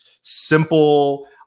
simple